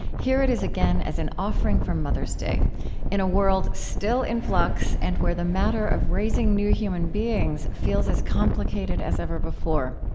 here it is again as an offering for mother's day in a world still in flux, and where the matter of raising new human beings feels as complicated as ever before.